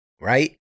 right